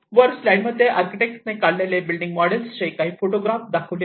वर स्लाईड मध्ये आर्किटेक्ट्सने काढलेले बिल्डिंग मॉडेल्सची काही फोटोग्राफ दाखविले आहे